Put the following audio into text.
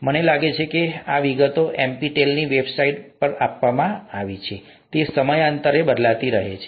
મને લાગે છે કે વિગતો NPTEL વેબસાઇટમાં આપવામાં આવી છે તે સમયાંતરે બદલાતી રહે છે